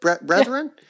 Brethren